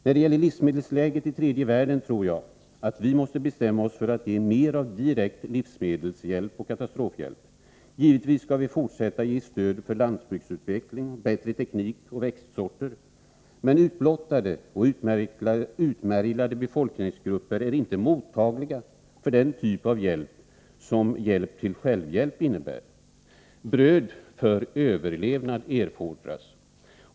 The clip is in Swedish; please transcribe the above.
När det gäller livsmedelsläget i tredje världen tror jag att vi måste bestämma oss för att ge mer av direkt livsmedelshjälp och katastrofhjälp. Givetvis skall vi fortsätta att ge stöd för landsbygdsutveckling, bättre teknik och bättre växtsorter. Men utblottade och utmärglade befolkningsgrupper är inte mottagliga för den typ av hjälp som ”hjälp till självhjälp” innebär. Bröd för överlevnad erfordras.